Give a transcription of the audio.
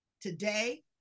Today